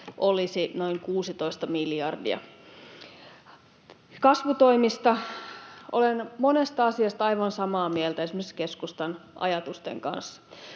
olisi noin 16 miljardia. Kasvutoimista. Olen monesta asiasta aivan samaa mieltä esimerkiksi keskustan ajatusten kanssa.